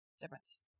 difference